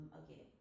okay